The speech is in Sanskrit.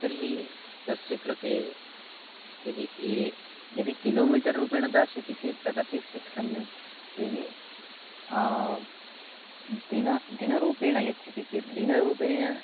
तर्हि तस्य कृते यदि ये यदि किलो मीटर् रूपेण दास्यति चेत् तदपि स् सम्यक् यदि दिनं दिनरूपेण यच्छति चेत् दिनरूपेण